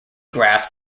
graphs